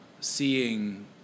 seeing